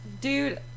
dude